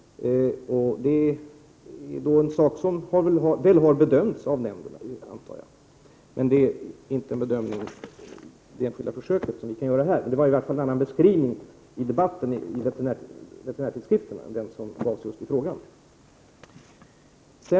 Jag förmodar att det är en fråga som har bedömts av nämnden. Här kan vi dock inte göra en bedömning av det enskilda försöket. Det gjordes som sagt en annan beskrivning i debatten i veterinärtidskriften än den som gavs i frågan.